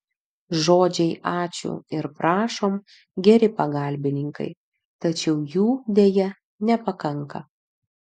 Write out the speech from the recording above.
žodžiai ačiū ir prašom geri pagalbininkai tačiau jų deja nepakanka